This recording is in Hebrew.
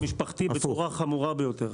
הוא פגע במשק המשפחתי בצורה חמורה ביותר.